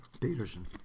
Peterson